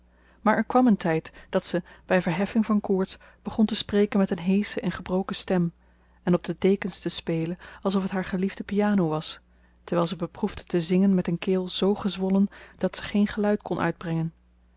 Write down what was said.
maar er kwam een tijd dat ze bij verheffing van koorts begon te spreken met een heesche en gebroken stem en op de dekens te spelen alsof het haar geliefde piano was terwijl ze beproefde te zingen met een keel zoo gezwollen dat ze geen geluid kon uitbrengen